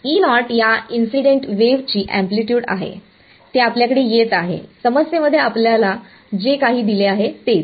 या इन्सिडेंट वेवची एम्पलीट्यूड आहे जे आपल्याकडे येत आहे समस्येमध्ये आपल्याला जे काही दिले आहे तेच